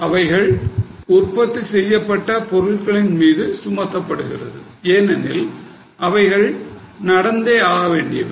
அவைகள் உற்பத்தி செய்யப்பட்ட பொருட்களின் மீது சுமத்தப்படுகிறது ஏனெனில் அவைகள் நடந்தே ஆக வேண்டியவை